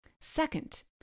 Second